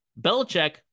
Belichick